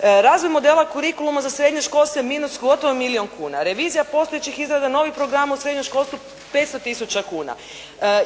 raznih modela kurikuluma za srednje školstvo je minus gotovo milijun kuna, revizija postojećih izrada novih programa u srednjem školstvu 500 tisuća kuna,